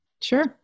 Sure